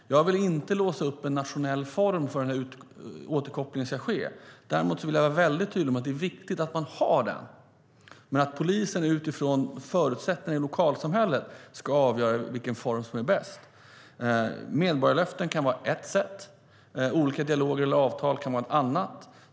Jag vill inte låsa fast en nationell form för hur återkopplingen ska ske. Däremot vill jag vara väldigt tydlig med att det är viktigt att man har den och att polisen utifrån förutsättningarna i lokalsamhället ska avgöra vilken form som är bäst. Medborgarlöften kan vara ett sätt. Olika dialoger eller avtal kan vara andra sätt.